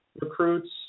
recruits